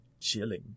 Chilling